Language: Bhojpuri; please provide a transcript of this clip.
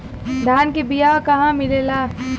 धान के बिया कहवा मिलेला?